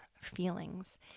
feelings